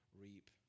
reap